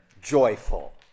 Joyful